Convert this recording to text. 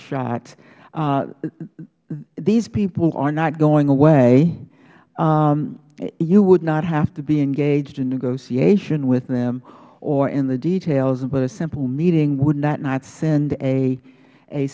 shots these people are not going away you would not have to be engaged in negotiation with them or in the details but a simple meeting would that not send a